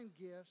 gifts